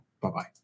Bye-bye